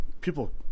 people